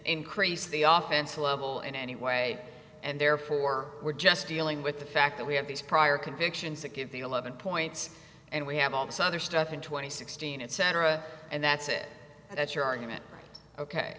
increase the office level in any way and therefore we're just dealing with the fact that we have these prior convictions that give eleven points and we have all this other stuff in twenty sixteen etc and that's it that's your argument